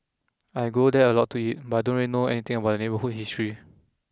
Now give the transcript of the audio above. I go there a lot to eat but I don't really know anything about the neighbourhood's history